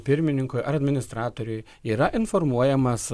pirmininkui ar administratoriui yra informuojamas